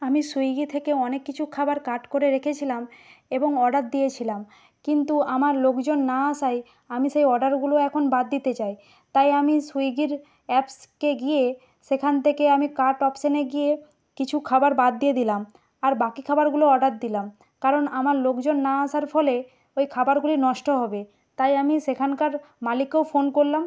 আমি সুইগি থেকে অনেক কিছু খাবার কার্ট করে রেখেছিলাম এবং অর্ডার দিয়েছিলাম কিন্তু আমার লোকজন না আসায় আমি সেই অর্ডারগুলো এখন বাদ দিতে চাই তাই আমি সুইগির অ্যাপসকে গিয়ে সেখান থেকে আমি কার্ট অপশানে গিয়ে কিছু খাবার বাদ দিয়ে দিলাম আর বাকি খাবারগুলো অর্ডার দিলাম কারণ আমার লোকজন না আসার ফলে ওই খাবারগুলি নষ্ট হবে তাই আমি সেখানকার মালিককেও ফোন করলাম